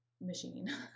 machine